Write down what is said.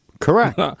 Correct